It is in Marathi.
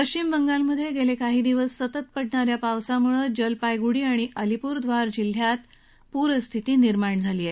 पश्विम बंगालमधे गेले काही दिवस सतत पडणाऱ्या पावसामुळे जलपायगुडी आणि अलिपूरद्वार जिल्ह्यात पूरस्थिती निर्माण झाली आहे